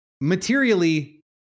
materially